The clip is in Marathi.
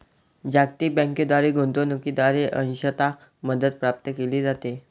जागतिक बँकेद्वारे गुंतवणूकीद्वारे अंशतः मदत प्राप्त केली जाते